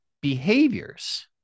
behaviors